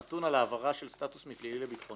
נתון על העברה של סטאטוס מפלילי לביטחוני.